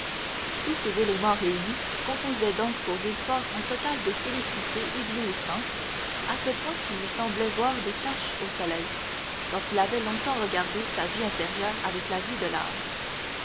tous ces éléments réunis composaient donc pour villefort un total de félicité éblouissant à ce point qu'il lui semblait voir des taches au soleil quand il avait longtemps regardé sa vie intérieure avec la vue de l'âme